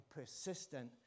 persistent